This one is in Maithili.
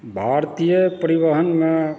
भारतीय परिवहनमे